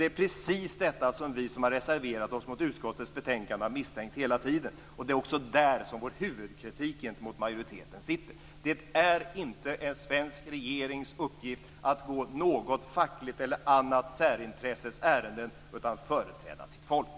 Det är precis detta som vi som har reserverat oss mot godkännandet av utskottets anmälan har misstänkt hela tiden. Det är också där som vår huvudkritik gentemot majoriteten sitter. Det är inte en svensk regerings uppgift att gå något fackligt eller annat särintresses ärenden, utan att företräda sitt folk.